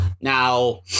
Now